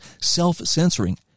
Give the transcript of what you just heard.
self-censoring